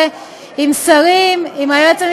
אלו שני הדברים, וזו המטרה שלכם.